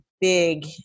big